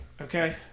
okay